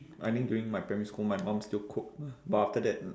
I mean during my primary school my mum still cook but after that